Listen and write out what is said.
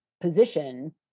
position